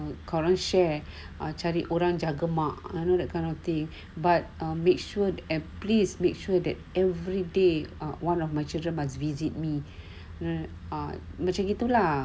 kau orang share cari orang jaga mak that kind of thing but make sure and please make sure that everyday ah one of my children must visit me ah macam gitu lah